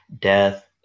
death